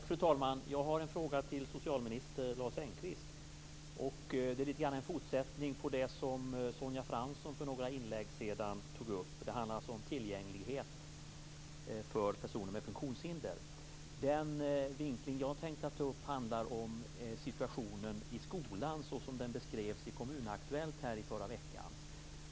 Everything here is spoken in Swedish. Fru talman! Jag har en fråga till socialminister Lars Engqvist. Det är lite grann en fortsättning på det som Sonja Fransson tog upp tidigare. Det handlar alltså om tillgänglighet för personer med funktionshinder. Det som jag tänker ta upp handlar om situationen i skolan, såsom den beskrevs i Kommun Aktuellt i förra veckan.